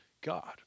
God